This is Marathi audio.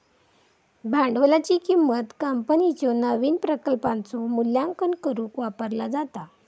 भांडवलाची किंमत कंपनीच्यो नवीन प्रकल्पांचो मूल्यांकन करुक वापरला जाता